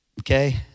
Okay